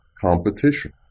competition